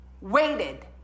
waited